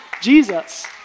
Jesus